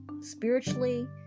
Spiritually